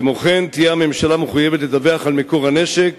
כמו כן, הממשלה תהיה מחויבת לדווח על מקור הנשק